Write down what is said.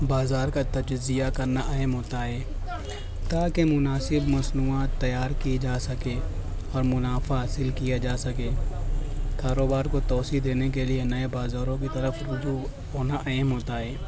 بازار کا تجزیہ کرنا اہم ہوتا ہے تاکہ مناسب مصنوعات تیار کی جا سکے اور منافع حاصل کیا جا سکے کاروبار کو توسیع دینے کے لیے نئے بازاروں کی طرف رجوع ہونا اہم ہوتا ہے